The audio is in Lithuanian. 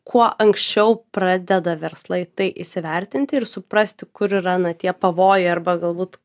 kuo anksčiau pradeda verslai tai įsivertinti ir suprasti kur yra na tie pavojai arba galbūt